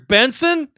Benson